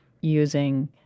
using